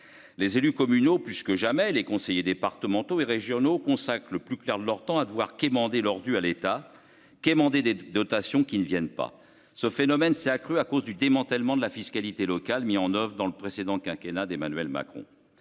les élus communaux puisque jamais les conseillers départementaux et régionaux consacrent le plus clair de leur temps à devoir quémander lors du à l'État quémander des dotations qui ne viennent pas ce phénomène s'est accrue à cause du démantèlement de la fiscalité locale, mis en oeuvre dans le précédent quinquennat d'Emmanuel Macron,